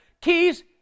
keys